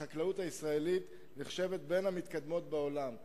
החקלאות הישראלית נחשבת בין המתקדמות בעולם.